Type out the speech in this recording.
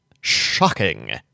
Shocking